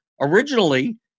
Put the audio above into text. Originally